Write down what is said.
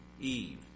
Eve